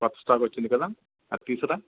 కొత్త స్టాకు వచ్చింది కదా అది తీసుకురా